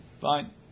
Fine